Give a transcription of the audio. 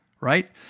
right